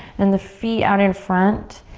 and the feet out in front.